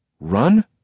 Run